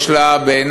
יש לה בעיני,